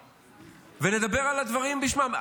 ונדבר על הדברים בשמם.